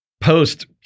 post